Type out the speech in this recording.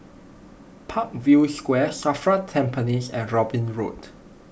Parkview Square Safra Tampines and Robin Road